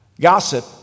Gossip